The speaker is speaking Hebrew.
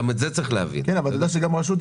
גם המשרד להגנת הסביבה או רשות המיסים